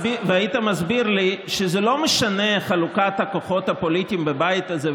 והיית מסביר לי שלא משנה חלוקת הכוחות הפוליטיים בבית הזה,